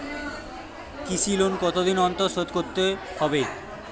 কৃষি লোন কতদিন অন্তর শোধ করতে হবে?